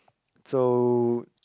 so